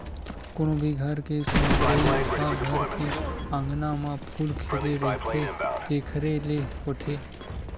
कोनो भी घर के सुंदरई ह घर के अँगना म फूल खिले रहिथे तेखरे ले होथे